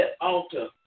altar